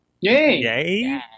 Yay